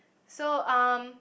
so um